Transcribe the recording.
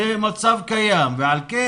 זה מצב קיים, ועל כן